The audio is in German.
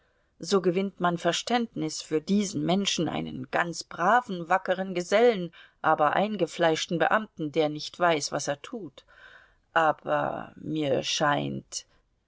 so gewinnt man verständnis für diesen menschen einen ganz braven wackeren gesellen aber eingefleischten beamten der nicht weiß was er tut aber mir scheint